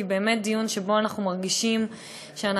כי זה באמת דיון שאנחנו מרגישים בו